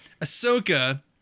Ahsoka